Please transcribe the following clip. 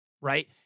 right